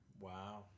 Wow